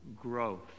growth